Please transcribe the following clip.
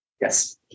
Yes